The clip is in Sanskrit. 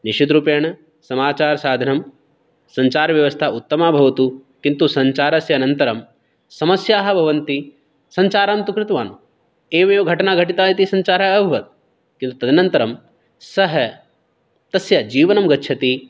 निश्चितरूपेण समाचारसाधनं सञ्चारव्यवस्था उत्तमा भवतु किन्तु सञ्चारस्य अनन्तरं समस्याः भवन्ति सञ्चारं तु कृतवान् एवमेव घटना घटिता इति सञ्चारः अभवत् किन्तु तदनन्तरं सः तस्य जीवनं गच्छति